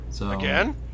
Again